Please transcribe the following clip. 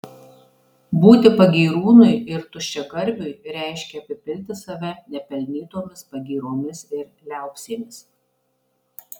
būti pagyrūnui ir tuščiagarbiui reiškia apipilti save nepelnytomis pagyromis ir liaupsėmis